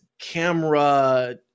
camera